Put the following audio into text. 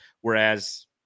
whereas